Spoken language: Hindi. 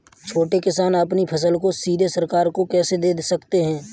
छोटे किसान अपनी फसल को सीधे सरकार को कैसे दे सकते हैं?